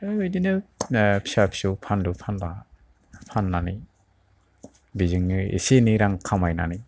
बिदिनो फिसा फिसौ फानलु फानला फान्नानै बेजोंनो एसे एनै रां खामायनानै